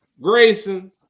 Grayson